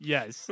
Yes